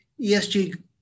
ESG